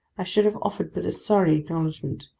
i should have offered but a sorry acknowledgment,